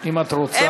אם את רוצה.